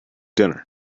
dinner